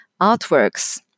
artworks